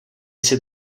jsi